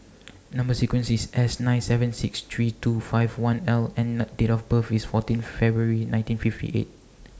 Number sequence IS S nine seven six three two five one L and Date of birth IS fourteen February nineteen fifty eight